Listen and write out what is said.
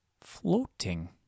Floating